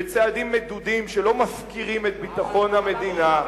בצעדים מדודים שלא מפקירים את ביטחון המדינה.